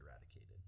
eradicated